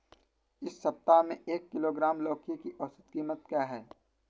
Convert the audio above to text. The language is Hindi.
इस सप्ताह में एक किलोग्राम लौकी की औसत कीमत क्या है?